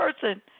person